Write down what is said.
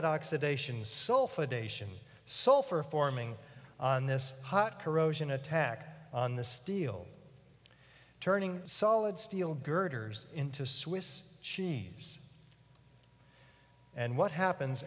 sulfur forming on this hot corrosion attack on the steel turning solid steel girders into swiss cheese and what happens